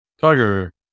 Tiger